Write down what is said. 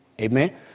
Amen